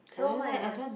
so what you want